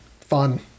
fun